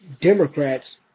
Democrats